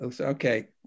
Okay